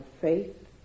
faith